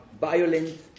violent